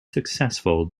successful